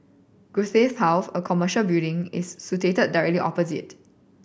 Guthrie House a commercial building is situated directly opposite